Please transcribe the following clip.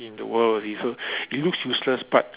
in the world already so it looks useless but